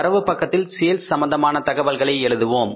வரவு பக்கத்தில் சேல்ஸ் சம்பந்தமான தகவல்களை எழுதுவோம்